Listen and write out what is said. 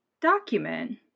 document